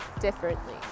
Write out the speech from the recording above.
differently